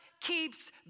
keeps